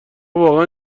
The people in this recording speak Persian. واقعا